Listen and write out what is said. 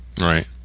Right